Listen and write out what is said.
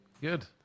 Good